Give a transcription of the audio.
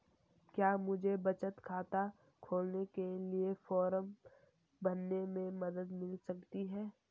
क्या मुझे बचत खाता खोलने के लिए फॉर्म भरने में मदद मिल सकती है?